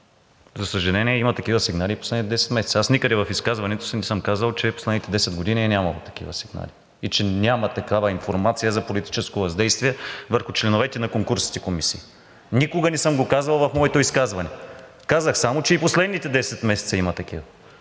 За съжаление, има такива сигнали и последните 10 месеца. Аз никъде в изказването си не съм казвал, че последните 10 години е нямало такива сигнали и че няма такава информация за политическо въздействие върху членовете на конкурсните комисии. Никога не съм го казвал в моето изказване! Казах само, че и последните 10 месеца има такива.